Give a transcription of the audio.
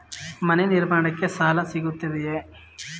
ಮನೆ ನಿರ್ಮಾಣಕ್ಕೆ ಸಾಲ ಸಿಗುತ್ತದೆಯೇ?